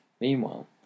Meanwhile